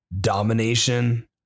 domination